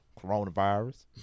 coronavirus